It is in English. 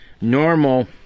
Normal